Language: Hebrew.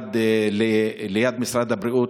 מיוחד ליד משרד הבריאות,